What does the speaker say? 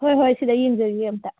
ꯍꯣꯏ ꯍꯣꯏ ꯁꯤꯗ ꯌꯦꯡꯖꯈꯤꯒꯦ ꯑꯃꯨꯛꯇ